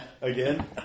Again